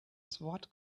sword